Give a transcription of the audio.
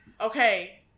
okay